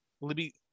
Libby